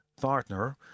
partner